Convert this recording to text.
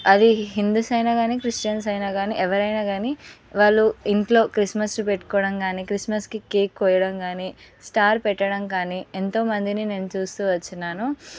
అది హిందూస్ అయినా కాని క్రిస్టియన్స్ అయినా కాని ఎవరైనా కాని వాళ్ళు ఇంట్లో క్రిస్మస్ పెట్టుకోవడం కానీ క్రిస్మస్కి కేక్ కొయ్యడం కానీ స్టార్ పెట్టడం కానీ ఎంతోమందిని నేను చూస్తూ వచ్చినాను